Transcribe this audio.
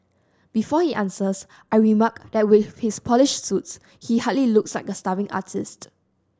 before he answers I remark that with his polished suits he hardly looks like a starving artist